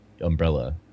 umbrella